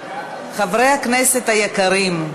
חברי הכנסת היקרים,